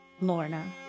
Lorna